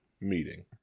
meeting